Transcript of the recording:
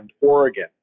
Oregon